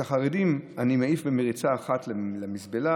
את החרדים אני מעיף במריצה אחד למזבלה,